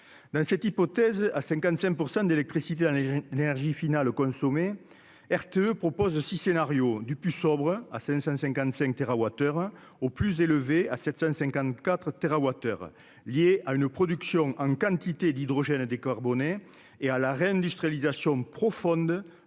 dans cette hypothèse, à 55 % d'électricité dans les jeunes énergie finale consommée RTE propose de 6 scénarios du plus sobre à 555 TWh hein au plus élevé à 754 TWh lié à une production en quantité d'hydrogène à décarboner et à la réindustrialisation profonde